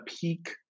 peak